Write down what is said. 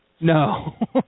No